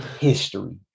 history